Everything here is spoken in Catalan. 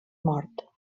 mort